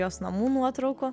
jos namų nuotraukų